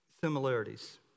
similarities